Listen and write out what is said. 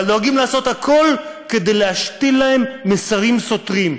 אבל נוהגים לעשות הכול כדי להשתיל להם מסרים סותרים.